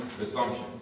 assumption